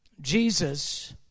Jesus